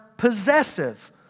possessive